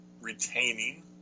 retaining